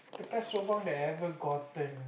the best lobang that I've ever gotten